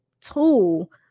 tool